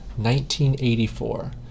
1984